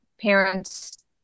parents